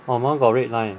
my one got red line leh